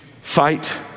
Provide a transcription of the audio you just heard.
fight